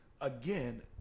again